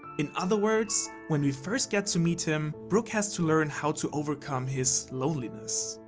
in other words, when we first get to meet him, brook has to learn how to overcome his loneliness.